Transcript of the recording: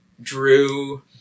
Drew